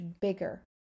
bigger